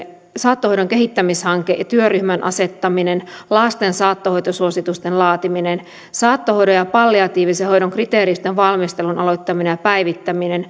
saattohoidon kehittämishanke ja työryhmän asettaminen lasten saattohoitosuositusten laatiminen saattohoidon ja palliatiivisen hoidon kriteeristön valmistelun aloittaminen ja päivittäminen